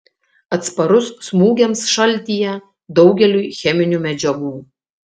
atsparus smūgiams šaltyje daugeliui cheminių medžiagų